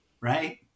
right